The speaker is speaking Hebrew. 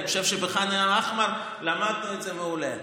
אני חושב שבח'אן אל-אחמר למדנו את זה מעולה.